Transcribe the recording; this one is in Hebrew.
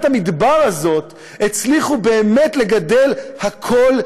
המדבר הזאת הצליחו באמת לגדל הכול,